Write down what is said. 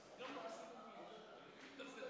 הממשלה הזאת באה למחוק את זהותה